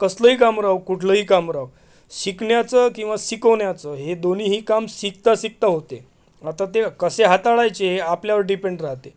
कसलंही काम राहो कुठलंही काम राहो शिकण्याचं किंवा शिकवण्याचं हे दोन्हीही काम शिकता शिकता होते आता ते कसे हाताळायचे आपल्यावर डीपेंड राहते